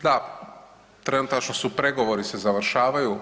Da, trenutačno su pregovori se završavaju.